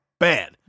bad